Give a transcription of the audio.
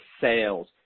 sales